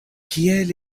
kiel